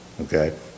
Okay